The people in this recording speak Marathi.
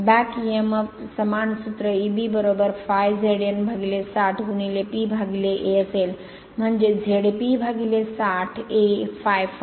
बॅक emf समान सूत्र Eb ∅ Z N 60 P A असेल म्हणजेच ZP 60 A ∅∅ N